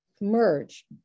merge